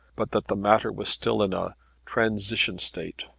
but that the matter was still in a transition state.